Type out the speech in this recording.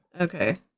Okay